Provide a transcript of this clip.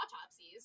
autopsies